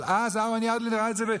אבל אז אהרן ידלין ראה את זה.